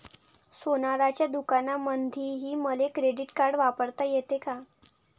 सोनाराच्या दुकानामंधीही मले क्रेडिट कार्ड वापरता येते का?